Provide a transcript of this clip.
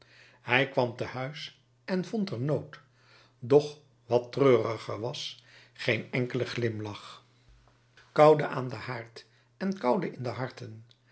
hij kwam te huis en vond er nood doch wat treuriger was geen enkelen glimlach koude aan den haard en koude in de harten